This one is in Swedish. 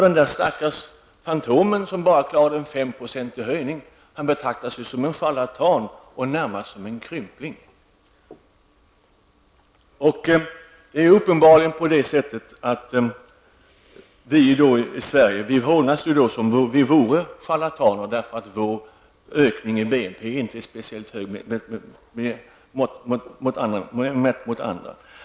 Den stackars fantomen som bara klarar en höjning på 5 %, han betraktas ju som en charlatan och närmast som en krympling. Det är uppenbarligen på det viset, att vi i Sverige hånas som om vi vore charlataner, eftersom vår ökning av BNP inte är speciellt hög mätt mot andras.